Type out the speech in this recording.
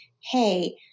hey